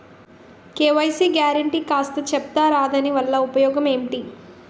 KYC guarantee కాస్త చెప్తారాదాని వల్ల ఉపయోగం ఎంటి?